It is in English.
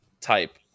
type